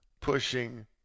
pushing